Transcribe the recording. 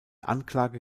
anklage